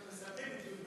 לג'וליס.